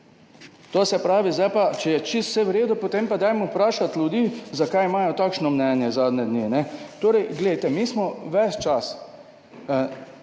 zdaj pa, če je čisto vse v redu, potem pa dajmo vprašati ljudi, zakaj imajo takšno mnenje zadnje dni. Torej glejte, mi smo ves čas,